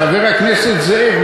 חבר כנסת זאב,